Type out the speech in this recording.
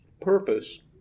Purpose